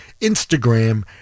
Instagram